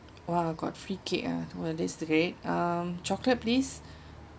!wah! got free cake ah well this great um chocolate please